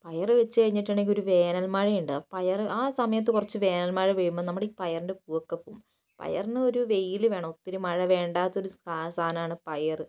പയറ് വച്ച് കഴിഞ്ഞിട്ടുണ്ടെങ്കിൽ ഒരു വേനൽ മഴയുണ്ട് പയറ് ആ സമയത്ത് കുറച്ച് വേനൽമഴ പെയ്യുമ്പോൾ നമ്മുടെ ഈ പയറിൻ്റെ പൂവൊക്കെ പോവും പയറിന് ഒരു വെയില് വേണം ഒത്തിരി മഴ വേണ്ടാത്തൊരു സാധനമാണ് പയർ